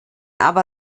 aber